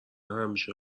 همیشه